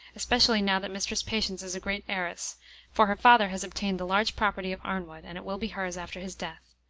especially now that mistress patience is a great heiress for her father has obtained the large property of arnwood, and it will be hers after his death.